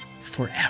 forever